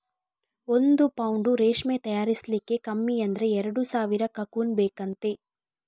ಒಂದು ಪೌಂಡು ರೇಷ್ಮೆ ತಯಾರಿಸ್ಲಿಕ್ಕೆ ಕಮ್ಮಿ ಅಂದ್ರೆ ಎರಡು ಸಾವಿರ ಕಕೂನ್ ಬೇಕಂತೆ